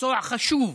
מקצוע חשוב,